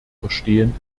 verstehen